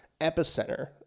epicenter